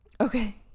okay